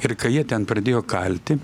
ir kai jie ten pradėjo kalti